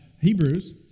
Hebrews